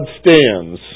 stands